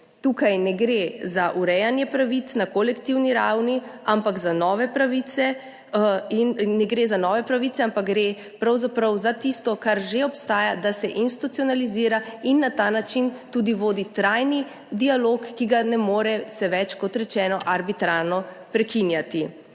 Tukaj ne gre za urejanje pravic na kolektivni ravni, ne gre za nove pravice, ampak gre pravzaprav za tisto, kar že obstaja, da se institucionalizira in na ta način tudi vodi trajni dialog, ki se ga ne more več, kot rečeno, arbitrarno prekinjati.